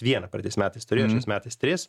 vieną praeitais metais turėjo šiais metais tris